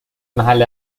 محل